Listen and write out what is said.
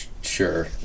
sure